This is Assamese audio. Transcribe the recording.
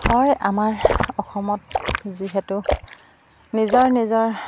হয় আমাৰ অসমত যিহেতু নিজৰ নিজৰ